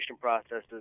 processes